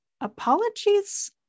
apologies